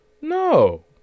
no